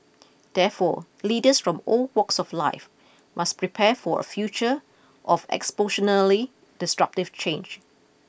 therefore leaders from all walks of life must prepare for a future of disruptive change